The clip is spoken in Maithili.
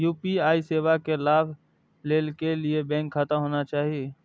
यू.पी.आई सेवा के लाभ लै के लिए बैंक खाता होना चाहि?